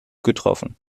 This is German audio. getroffen